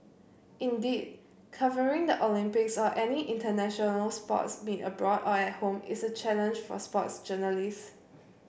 indeed covering the Olympics or any international sports meet abroad or at home is a challenge for sports journalists